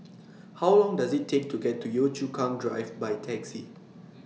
How Long Does IT Take to get to Yio Chu Kang Drive By Taxi